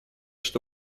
что